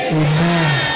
amen